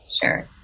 Sure